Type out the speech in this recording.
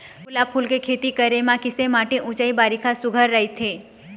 गुलाब फूल के खेती करे बर किसे माटी ऊंचाई बारिखा सुघ्घर राइथे?